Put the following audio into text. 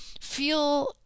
feel